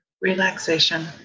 Relaxation